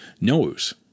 knows